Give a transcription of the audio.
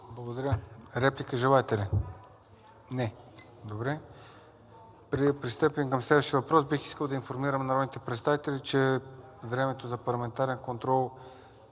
Благодаря. Реплика желаете ли? Не. Добре. Преди да пристъпим към следващия въпрос, бих искал да информирам народните представители, че времето за парламентарен контрол